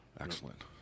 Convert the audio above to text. Excellent